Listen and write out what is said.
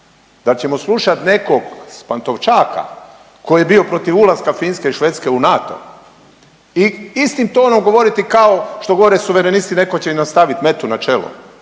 Da ćemo slušati nekog s Pantovčaka koji je bio protiv ulaska Finske i Švedske u NATO i istim tonom govoriti kao što govore Suverenisti, netko će im staviti metu na čelo.